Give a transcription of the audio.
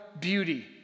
beauty